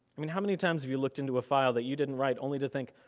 i mean how many times have you looked into a file that you didn't write only to think,